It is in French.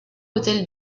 hotel